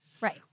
Right